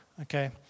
Okay